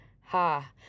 ha